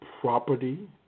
property